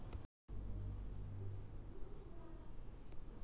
ಹತೋಟಿಯನ್ನು ಅನುಮತಿಸುತ್ತದೆ ಎಂಬುದರ ಮೇಲೆ ಮಿತಿಯನ್ನು ಹೊಂದಿಸುತ್ತದೆ